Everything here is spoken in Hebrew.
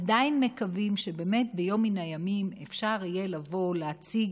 עדיין מקווים שבאמת ביום מן הימים אפשר יהיה לבוא להציג